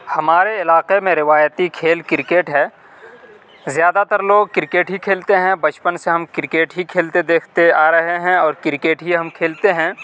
ہمارے علاقے میں روایتی کھیل کرکٹ ہے زیادہ تر لوگ کرکٹ ہی کھیلتے ہیں بچپن سے ہم کرکٹ ہی کھیلتے دیکھتے آ رہے ہیں اور کرکٹ ہی ہم کھیلتے ہیں